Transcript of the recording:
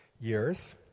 years